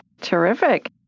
Terrific